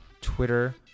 Twitter